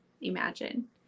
imagine